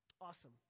Awesome